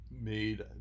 made